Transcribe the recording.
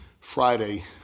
Friday